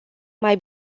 mai